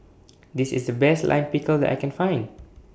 This IS The Best Lime Pickle that I Can Find